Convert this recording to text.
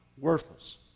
worthless